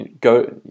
go